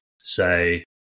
say